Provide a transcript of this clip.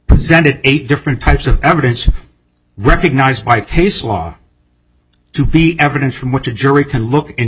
presented eight different types of evidence recognized by case law to be evidence from which a jury can look